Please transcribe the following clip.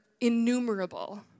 innumerable